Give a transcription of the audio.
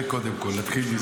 זה קודם כול, נתחיל מזה.